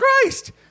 Christ